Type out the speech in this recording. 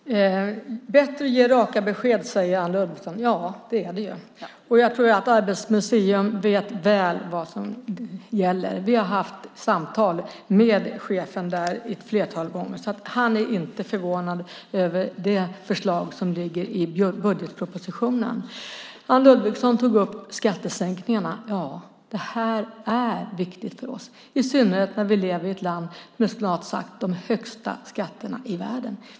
Herr talman! Det är bättre att ge raka besked, säger Anne Ludvigsson. Det är det ju. Jag tror att Arbetets museum vet väl vad som gäller. Vi har haft samtal med chefen där ett flertal gånger. Han är inte förvånad över det förslag som ligger i budgetpropositionen. Anne Ludvigsson tog upp skattesänkningarna. Det är viktigt för oss, i synnerhet när vi lever i ett land med snart sagt de högsta skatterna i världen.